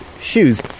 shoes